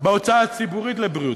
בהוצאה הציבורית לבריאות.